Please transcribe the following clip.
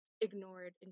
ignored